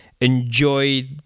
enjoy